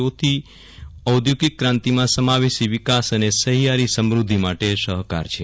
ચોથી ઓઘોગિક ક્રાંતિમાં સમાવેશી વિકાસ અને સહિયારી સમૃદ્ધિ માટે સહકાર છે